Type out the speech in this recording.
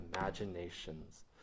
imaginations